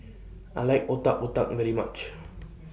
I like Otak Otak very much